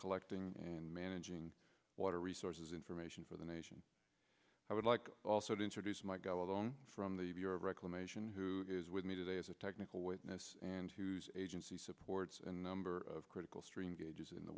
collecting and managing water resources information for the nation i would like also to introduce my go on from the bureau of reclamation who is with me today as a technical witness and whose agency supports a number of critical stream gauges in the